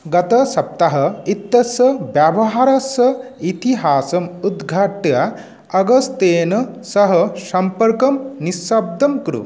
गतसप्तह इत्यस्स व्यवहारस्य इतिहासम् उद्घाट्य अगस्त्येन सह सम्पर्कं निःशब्दं कुरु